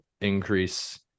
increase